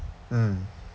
mm